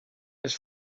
his